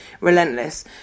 Relentless